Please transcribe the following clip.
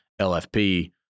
LFP